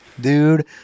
dude